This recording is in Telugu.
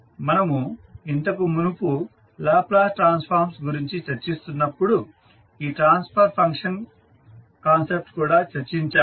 మనము ఇంతకు మునుపు లాప్లాస్ ట్రాన్స్ఫార్మ్ గురించి చర్చిస్తున్నప్పుడు ఈ ట్రాన్స్ఫర్ ఫంక్షన్ కాన్సెప్ట్ కూడా చర్చించాము